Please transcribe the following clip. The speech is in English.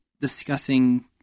discussing